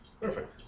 Perfect